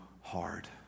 hard